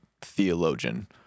theologian